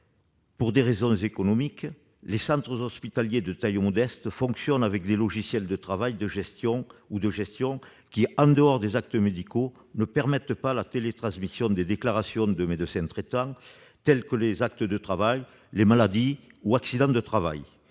pour des raisons économiques, les centres hospitaliers de taille modeste fonctionnent avec des logiciels de travail ou de gestion qui, en dehors des actes médicaux, ne permettent pas la télétransmission des déclarations de médecins traitants, tels que les arrêts de travail, pour maladie ou accident du travail.